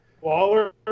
Waller